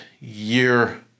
year